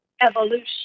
evolution